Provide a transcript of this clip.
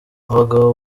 abagabo